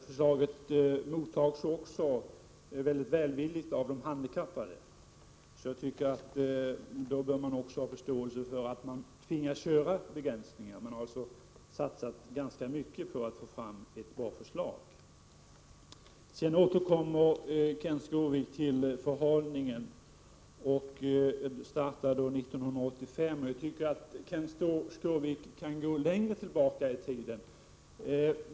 Förslaget mottas också välvilligt av de handikappade, som har förståelse för att vi tvingas göra begränsningar. Vi har dock satsat ganska mycket för att få fram ett bra förslag. Kenth Skårvik återkommer till förhalningen. Det är riktigt att vi startade 1985. Men Kenth Skårvik kan gå litet längre tillbaka i tiden.